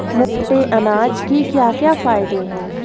मोटे अनाज के क्या क्या फायदे हैं?